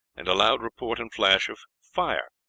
and a loud report and flash of fire.